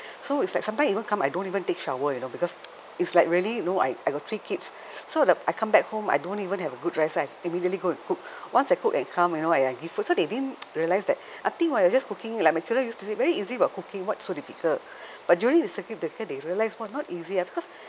so it's like sometimes even come I don't even take shower you know because it's like really you know I I got three kids so the I come back home I don't even have a good rest so I immediately go and cook once I cook and come you know when I give food so they didn't realize that nothing [what] you're just cooking you like my children used to say very easy [what] cooking what's so difficult but during the circuit breaker they realized !wah! not easy ah because